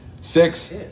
six